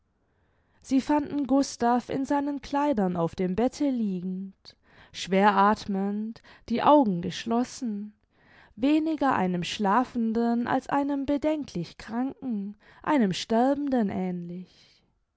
sie fanden gustav in seinen kleidern auf dem bette liegend schwer athmend die augen geschlossen weniger einem schlafenden als einem bedenklich kranken einem sterbenden ähnlich